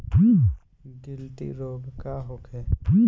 गिलटी रोग का होखे?